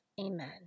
Amen